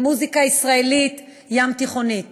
היא מוזיקה ישראלית ים-תיכונית.